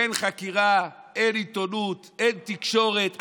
אין חקירה, אין עיתונות, אין תקשורת.